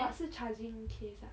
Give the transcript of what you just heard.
but 是 charging case ah